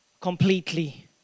completely